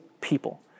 people